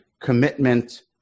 commitment